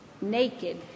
naked